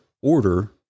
order